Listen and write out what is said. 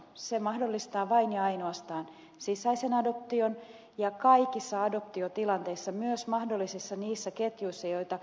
se mahdollistaa vain ja ainoastaan sisäisen adoption ja kaikissa adoptiotilanteissa myös mahdollisissa niissä ketjuissa joita ed